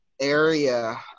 area